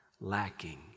lacking